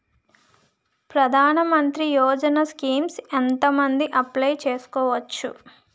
ప్రధాన మంత్రి యోజన స్కీమ్స్ ఎంత మంది అప్లయ్ చేసుకోవచ్చు?